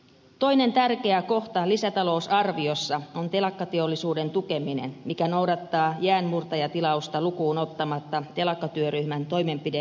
toinen tärkeä kohta lisätalousarviossa on telakkateollisuuden tukeminen joka noudattaa jäänmurtajatilausta lukuun ottamatta telakkatyöryhmän toimenpide esityksiä